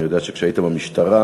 אני יודע שכשהיית במשטרה